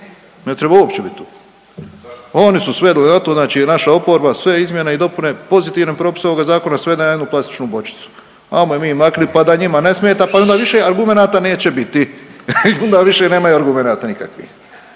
ne treba uopće bit tu. Oni su … znači naša oporba sve izmjene i dopune pozitivne propise ovoga zakona sve na jednu klasičnu bočicu. Ajmo je mi maknit pa da njima ne smeta pa onda više argumenata neće biti, onda više nemaju argumenata nikakvih,